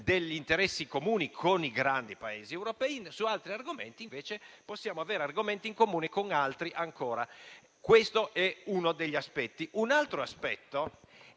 degli interessi comuni con i grandi Paesi europei, su altri invece possiamo avere argomenti in comune con altri ancora. Questo è uno degli aspetti. Un altro aspetto